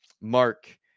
Mark